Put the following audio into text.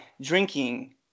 Drinking